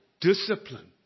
discipline